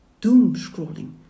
doom-scrolling